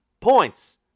points